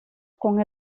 con